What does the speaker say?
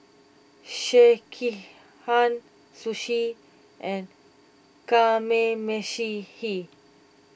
Sekihan Sushi and Kamameshi